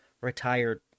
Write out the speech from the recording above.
retired